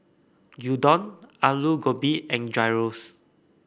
Gyudon Alu Gobi and Gyros